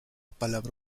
palabra